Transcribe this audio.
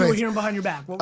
so hearing behind your back?